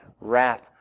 wrath